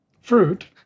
Fruit